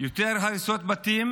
יותר הריסות בתים